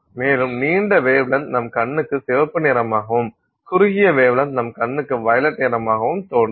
மேலும் நீண்ட வேவ்லென்த் நம் கண்ணுக்கு சிவப்பு நிறமாகவும் குறுகிய வேவ்லென்த் நம் கண்ணுக்கு வயலட் நிறமாகவும் தோன்றும்